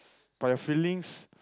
but your feelings